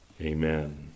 Amen